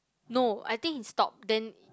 no I think he stop then